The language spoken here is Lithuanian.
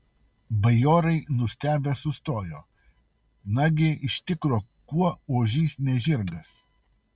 bajorai nustebę sustojo nagi iš tikro kuo ožys ne žirgas